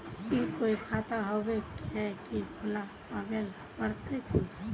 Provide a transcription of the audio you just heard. ई कोई खाता होबे है की खुला आबेल पड़ते की?